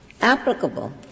applicable